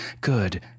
Good